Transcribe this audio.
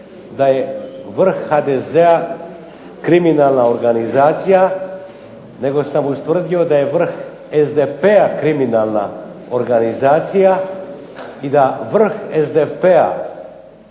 da je vrh HDZ-a kriminalna organizacija nego sam ustvrdio da je vrh SDP-a kriminalna organizacija i da vrh SDP-a